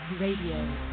Radio